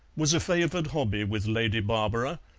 was a favoured hobby with lady barbara,